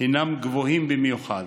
גבוהים במיוחד.